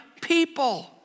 people